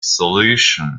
solution